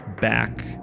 back